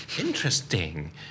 interesting